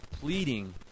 pleading